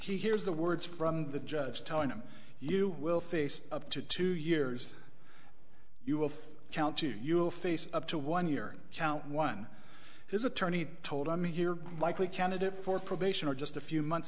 he hears the words from the judge telling him you will face up to two years you will count two you will face up to one year count one his attorney told me you're likely candidate for probation or just a few months